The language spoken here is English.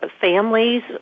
families